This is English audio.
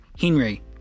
Henry